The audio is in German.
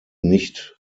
nicht